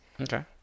Okay